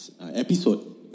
episode